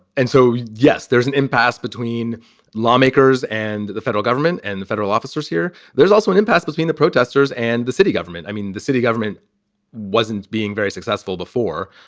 and so, yes, there's an impasse between lawmakers and the federal government and the federal officers here. there's also an impasse between the protesters and the city government. i mean, the city government wasn't being very successful before.